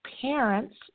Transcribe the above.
parents